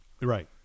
Right